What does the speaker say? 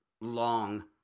long